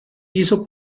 hizo